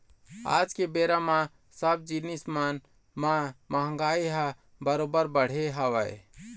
आज के बेरा म सब जिनिस मन म महगाई ह बरोबर बढ़े हवय